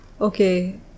Okay